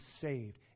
saved